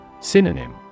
Synonym